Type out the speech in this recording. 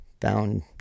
found